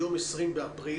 היום 20 באפריל,